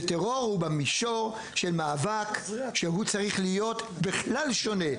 וטרור הוא במישור של מאבק שצריך להיות שונה לחלוטין.